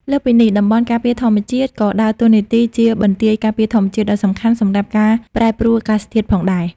លើសពីនេះ តំបន់ការពារធម្មជាតិក៏ដើរតួនាទីជាបន្ទាយការពារធម្មជាតិដ៏សំខាន់សម្រាប់ការប្រែប្រួលអាកាសធាតុផងដែរ។